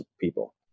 people